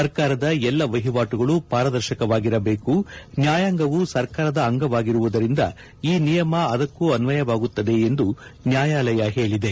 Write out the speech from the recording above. ಸರ್ಕಾರದ ಎಲ್ಲ ವಹಿವಾಟುಗಳು ಪಾರದರ್ಶಕವಾಗಿರಬೇಕು ನ್ಯಾಯಾಂಗವೂ ಸರ್ಕಾರದ ಅಂಗವಾಗಿರುವುದರಿಂದ ಈ ನಿಯಮ ಅದಕ್ಕೂ ಅನ್ವಯವಾಗುತ್ತದೆ ಎಂದು ನ್ಯಾಯಾಲಯ ಹೇಳಿದೆ